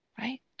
Right